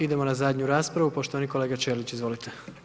Idemo na zadnju raspravu, poštovani kolega Ćelić, izvolite.